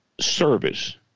service